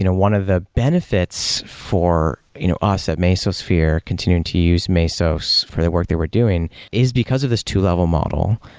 you know one of the benefits for you know us, at mesosphere, continuing to use mesos mesos for the work that we're doing is because of this two-level model.